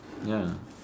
ya